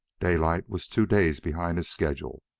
daylight was two days behind his schedule,